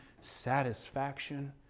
satisfaction